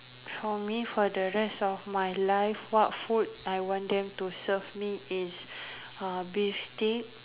for me for the rest of my life what food I want them to serve me is beef steak